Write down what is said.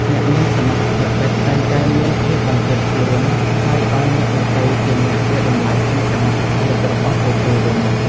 អ្នកមានសមត្ថភាពពិត តែងតែមានភាពបន្ទាបខ្លួន ហើយឱ្យអ្នកដទៃជាអ្នកវាយតម្លៃពីសមត្ថភាពរបស់ពួកគេវិញ។